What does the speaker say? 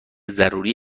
ضروری